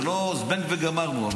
זה לא זבנג וגמרנו,